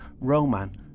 Roman